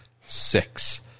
six